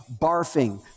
barfing